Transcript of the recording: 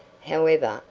however,